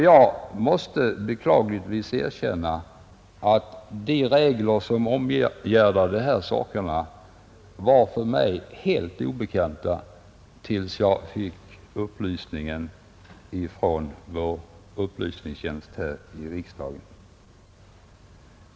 Jag måste beklagligtvis erkänna att de regler som omgärdar de här sakerna var för mig helt obekanta tills jag fick information från upplysningstjänsten här i riksdagen.